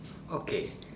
okay